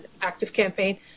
ActiveCampaign